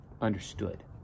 understood